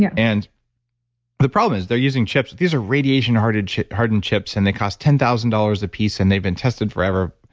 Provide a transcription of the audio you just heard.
yeah and the problem is they're using chips. these are radiation hardened chips hardened chips and they cost ten thousand dollars a piece and they've been tested forever.